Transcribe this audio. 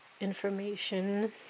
information